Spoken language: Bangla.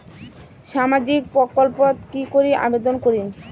সামাজিক প্রকল্পত কি করি আবেদন করিম?